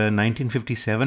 1957